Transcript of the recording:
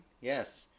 yes